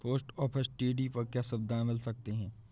Post office TD पर क्या सुविधाएँ मिल सकती है?